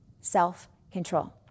self-control